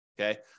Okay